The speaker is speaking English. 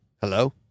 Hello